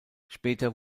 später